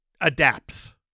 adapts